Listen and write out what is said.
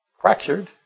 fractured